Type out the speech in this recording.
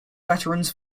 veterans